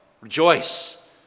rejoice